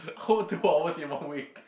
whole two hours in one week